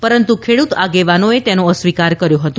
પરંતુ ખેડૂત આગેવાનોએ તેનો અસ્વીકાર કર્યો હતો